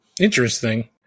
Interesting